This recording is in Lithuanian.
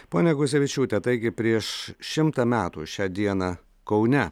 ponia guzevičiūte taigi prieš šimtą metų šią dieną kaune